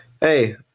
Hey